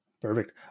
Perfect